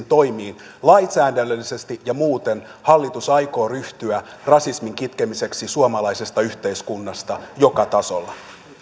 toimiin lainsäädännöllisesti ja muuten hallitus aikoo ryhtyä rasismin kitkemiseksi suomalaisesta yhteiskunnasta joka tasolla